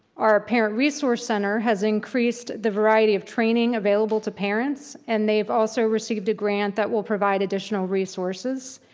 our parent resource center has increased the variety of training available to parents, and they've also received a grant that will provide additional resources,